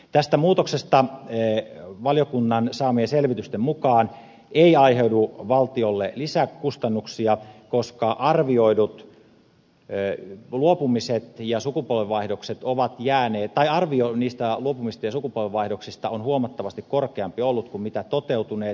tästä muutoksesta valiokunnan saamien selvitysten mukaan ei aiheudu valtiolle lisäkustannuksia koska arvio niistä luopumisista ja sukupolvvaihdokset ovat jääneet arvioimista omisti sukupolvenvaihdoksista on ollut huomattavasti korkeampi kuin toteutuneet